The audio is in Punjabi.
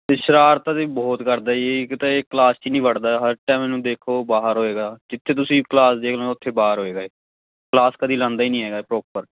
ਸ਼ਰਾਰਤਾਂ ਤਾਂ ਬਹੁਤ ਕਰਦਾ ਜੀ ਇੱਕ ਤਾਂ ਇਹ ਕਲਾਸ 'ਚ ਨਹੀਂ ਵੜਦਾ ਹਰ ਟਾਇਮ ਇਹਨੂੰ ਦੇਖੋ ਬਾਹਰ ਹੋਏਗਾ ਜਿੱਥੇ ਤੁਸੀਂ ਕਲਾਸ ਦੇਖ ਲਓ ਉੱਥੇ ਬਾਹਰ ਹੋਏਗਾ ਇਹ ਕਲਾਸ ਕਦੀ ਲਾਉਂਦਾ ਹੀ ਨਹੀਂ ਹੈਗਾ ਇਹ ਪ੍ਰੋਪਰ